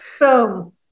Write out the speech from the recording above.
boom